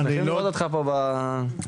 אנחנו שמחים מאוד לראות אותך פה בוועדה שלנו.